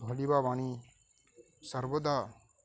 ବା ବାଣୀ ସର୍ବଦା